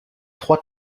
trois